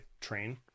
train